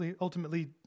ultimately